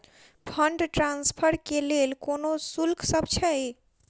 Fund transfer केँ लेल कोनो शुल्कसभ छै?